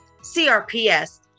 CRPS